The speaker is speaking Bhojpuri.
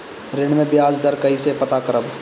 ऋण में बयाज दर कईसे पता करब?